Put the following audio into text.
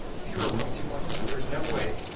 zero point two one inches, there's no way,